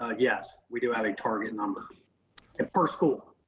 ah yes, we do have a target number and per school.